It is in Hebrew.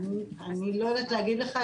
אני לא יודעת להגיד לך,